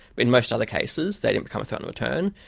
but in most other cases they didn't become a threat on return.